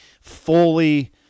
fully